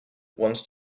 once